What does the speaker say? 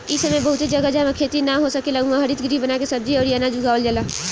इ समय बहुते जगह, जाहवा खेती ना हो सकेला उहा हरितगृह बना के सब्जी अउरी अनाज उगावल जाला